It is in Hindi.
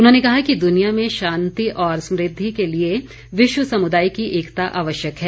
उन्होंने कहा कि दुनिया में शांति और समुद्धि के लिए विश्व समुदाय की एकता आवश्यक है